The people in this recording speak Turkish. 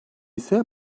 ise